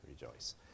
rejoice